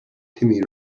timmy